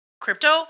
crypto